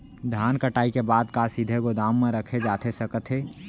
धान कटाई के बाद का सीधे गोदाम मा रखे जाथे सकत हे?